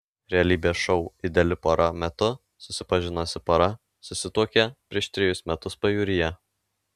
realybės šou ideali pora metu susipažinusi pora susituokė prieš trejus metus pajūryje